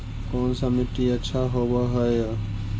कोन सा मिट्टी अच्छा होबहय?